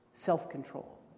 self-control